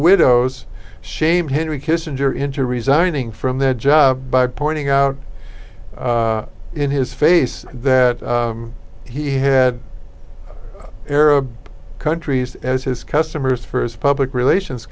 widow's shame henry kissinger into resigning from that job by pointing out in his face that he had arab countries as his customers for his public relations